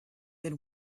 than